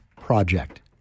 Project